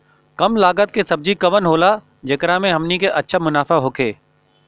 कम लागत के सब्जी कवन होला जेकरा में हमनी के अच्छा मुनाफा होखे?